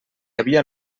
havia